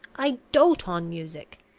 i dote on music.